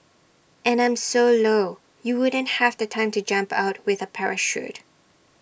and I'm so low you wouldn't have the time to jump out with A parachute